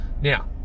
Now